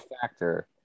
factor